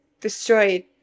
destroyed